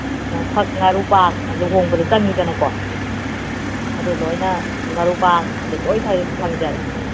ꯑ ꯐꯛ ꯉꯥꯔꯨꯕꯥꯛ ꯂꯨꯍꯣꯡꯕꯗ ꯆꯪꯏꯗꯅꯀꯣ ꯑꯗꯨ ꯂꯣꯏꯅ ꯉꯥꯔꯨꯕꯥꯛ ꯑꯗꯩ ꯂꯣꯏꯅ ꯐꯪꯖꯔꯦ